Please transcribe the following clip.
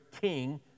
king